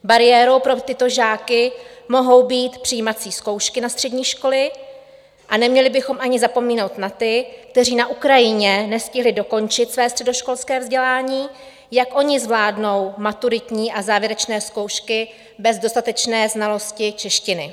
Bariérou pro tyto žáky mohou být přijímací zkoušky na střední školy a neměli bychom ani zapomínat na ty, kteří na Ukrajině nestihli dokončit své středoškolské vzdělání, jak oni zvládnou maturitní a závěrečné zkoušky bez dostatečné znalosti češtiny.